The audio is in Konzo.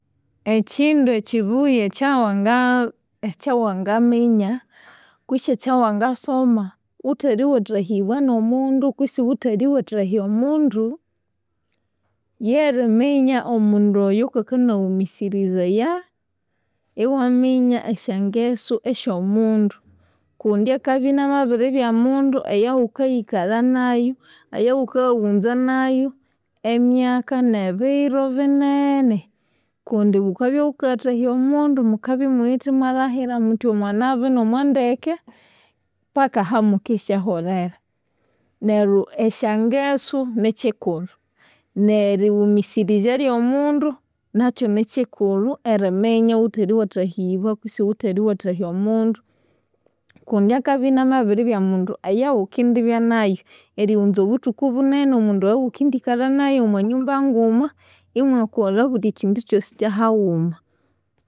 Ekyindu ekyibuya ekyawangaminya kwisi ekyawangasoma ghuthaliwathahibwa nomundu kutse ghuthaliwathahya omundu, lyeriminya omundu oyo ngakanaghumisirizaya, iwaminya esyangesu esyomundu kundi akabya inamabiribya mundu eyaghukayikalha nayu, eyaghukayaghunza nayu emyaka nebiro binene. Kundi ghukabya ghukayathahya omundu mukabya imuwithe imwalhahika muthi omwanabi nomwandeke, paka ahamukendisyaholera. Neryo esyangesu nikyikulhu, nerighumisirizya lyomundu, nakyu nikyikulhu eriminya ghuthaliwathahibwa kwitsi ghuthali wathahya omundu kundi akabya inamabiribya mundu eyaghukendibya nayu erighunza obuthuku bunene. Omundu eyaghukindikalha nayu omwanyumba nguma, imwakolha obuli kyindu kyosi kyahaghuma.